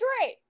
Great